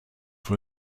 for